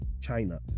China